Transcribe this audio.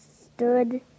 stood